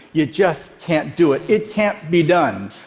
you just can't do it. it can't be done.